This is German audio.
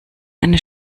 eine